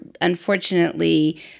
unfortunately